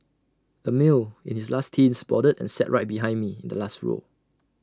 A male in his late teens boarded and sat right behind me in the last row